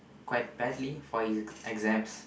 quite badly for his exams